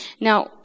Now